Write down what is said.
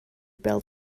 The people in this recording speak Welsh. bêl